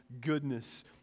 goodness